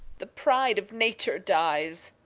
the pride of nature dies.